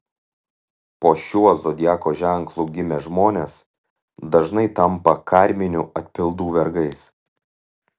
po šiuo zodiako ženklu gimę žmonės dažnai tampa karminių atpildų vergais